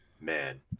man